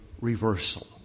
reversal